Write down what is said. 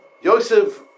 Yosef